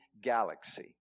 galaxy